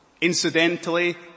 Incidentally